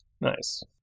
Nice